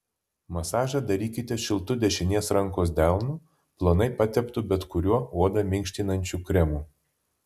masažą darykite šiltu dešinės rankos delnu plonai pateptu bet kuriuo odą minkštinančiu kremu